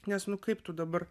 nes nu kaip tu dabar